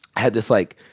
had this, like,